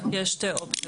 כשתהיינה שתי אופציות: